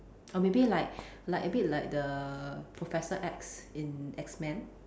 or maybe like like a bit like the professor X in X men